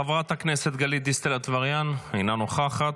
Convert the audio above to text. חברת הכנסת גלית דיסטל אטבריאן, אינה נוכחת,